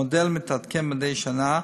המודל מתעדכן מדי שנה,